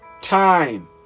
Time